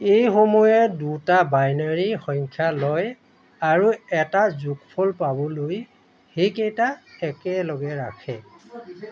এইসমূহে দুটা বাইনাৰী সংখ্যা লয় আৰু এটা যোগফল পাবলৈ সেইকেইটা একেলগে ৰাখে